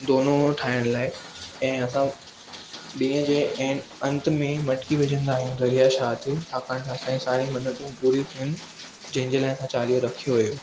दोनो ठाहिण लाइ ऐं असां ॾींहं जे अंत में मटकी विझंदा आहियूं दरिया शाह ते छाकाण त असां जी सारियूं मन्नतूं पूरियूं थियूं आहिनि जंहिं जे लाइ असां चालीहो रखियो हुयो